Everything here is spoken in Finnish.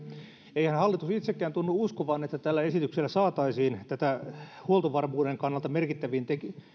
eihän hallitus itsekään tunnu uskovan että tällä esityksellä saataisiin huoltovarmuuden kannalta merkittäviin